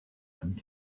and